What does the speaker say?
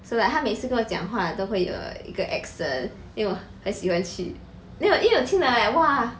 so like 她每次跟我讲话都会有一个 accent then 我很喜欢去 then 我因为我听了 like !wah!